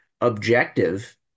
objective